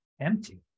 empty